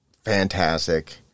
Fantastic